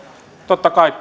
totta kai